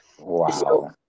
Wow